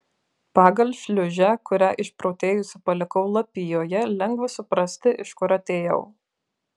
pagal šliūžę kurią išprotėjusi palikau lapijoje lengva suprasti iš kur atėjau